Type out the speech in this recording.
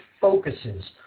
focuses